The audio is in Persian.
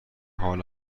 حال